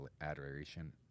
adoration